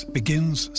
begins